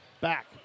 back